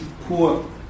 poor